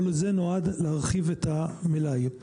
כל זה נועד להרחיב את המלאי.